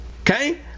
Okay